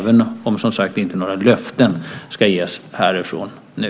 Men inga löften ges som sagt härifrån nu.